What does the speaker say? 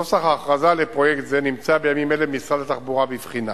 נוסח ההכרזה לפרויקט זה נמצא בימים אלה במשרד התחבורה בבחינה.